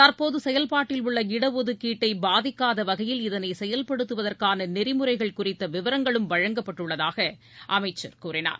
தற்போது செயல்பாட்டில் உள்ள இடஒதுக்கீட்டை பாதிக்காத வகையில் இதனை செயல்படுத்துவதற்கான நெறிமுறைகள் குறித்த விவரங்களும் வழங்கப்பட்டுள்ளதாக அமைச்சர் கூறினார்